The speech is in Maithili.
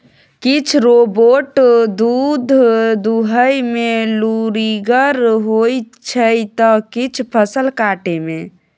किछ रोबोट दुध दुहय मे लुरिगर होइ छै त किछ फसल काटय मे